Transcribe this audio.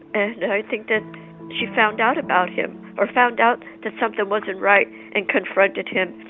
and i think that she found out about him or found out that something wasn't right and confronted him.